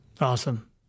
Awesome